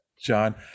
john